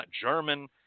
German